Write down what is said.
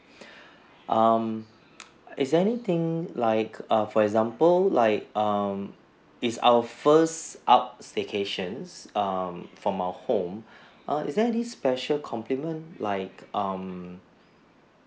um is there anything like err for example like um is our first out staycations um from our home err is there any special compliment like um